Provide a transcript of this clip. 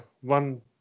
One